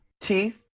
Teeth